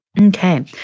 Okay